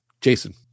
Jason